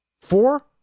Four